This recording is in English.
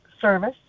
Service